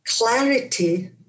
Clarity